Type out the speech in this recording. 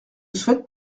souhaite